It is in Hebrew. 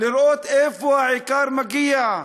לראות לאיפה העיקר מגיע,